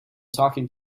talking